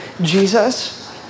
Jesus